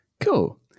Cool